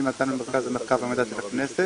אני מתן ממרכז המחקר והמידע של הכנסת.